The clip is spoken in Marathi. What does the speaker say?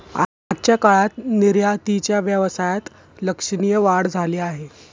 आजच्या काळात निर्यातीच्या व्यवसायात लक्षणीय वाढ झाली आहे